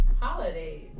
holidays